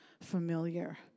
familiar